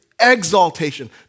exaltation